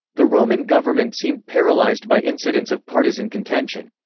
the roman government seemed paralyzed by incidents of partisan contention.